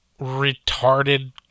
retarded